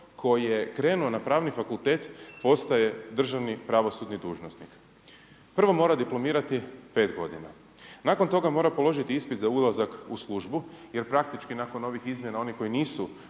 tko je krenuo na pravni fakultet postaje državni pravosudni dužnosnik. Prvo mora diplomirati 5 godina, nakon toga mora položiti ispit za ulazak u službu jer praktički nakon ovih izmjena oni koji nisu